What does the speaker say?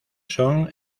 son